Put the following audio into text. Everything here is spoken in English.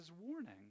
warning